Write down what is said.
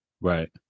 right